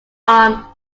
arm